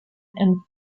and